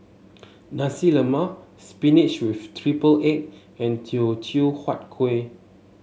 Nasi Lemak spinach with triple egg and Teochew Huat Kuih